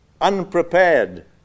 unprepared